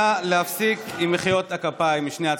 נא להפסיק עם מחיאות הכפיים משני הצדדים.